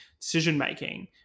decision-making